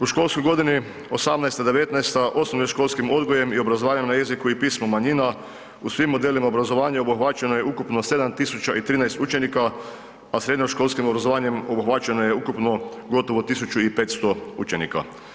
U školskoj godini 2018.-2019.osnovno školskim odgojem i obrazovanjem na jeziku i pismu manjina u svim modelima obrazovanja obuhvaćeno je ukupno 7.013 učenika, a srednjoškolskim obrazovanjem obuhvaćeno je ukupno gotovo 1.500 učenika.